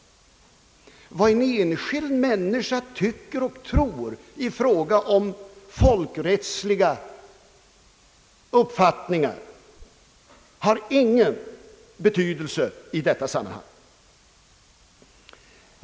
Vad en enskild människa tycker och tror i fråga om folkrättsliga uppfattningar har ingen betydelse i detta sammanhang.